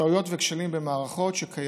טעויות וכשלים שקיימים